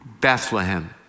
Bethlehem